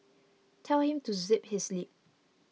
tell him to zip his lip